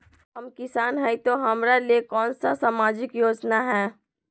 हम किसान हई तो हमरा ले कोन सा सामाजिक योजना है?